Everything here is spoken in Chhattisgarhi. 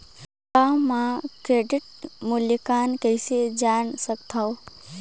गांव म क्रेडिट मूल्यांकन कइसे जान सकथव?